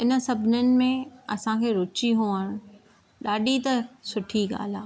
हिन सभिनिन में असांखे रुची हुअण ॾाढी त सुठी ॻाल्हि आहे